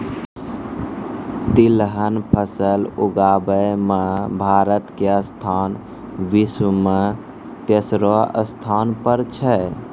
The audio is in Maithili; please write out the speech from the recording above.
तिलहन फसल उगाबै मॅ भारत के स्थान विश्व मॅ तेसरो स्थान पर छै